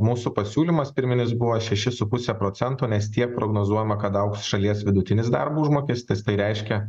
mūsų pasiūlymas pirminis buvo šeši su puse procento nes tiek prognozuojama kad augs šalies vidutinis darbo užmokestis tai reiškia